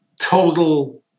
total